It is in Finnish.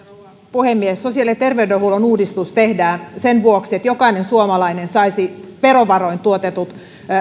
puhemies sosiaali ja terveydenhuollon uudistus tehdään sen vuoksi että jokainen suomalainen saisi verovaroin tuotetut